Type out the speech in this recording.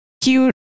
cute